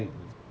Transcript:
ya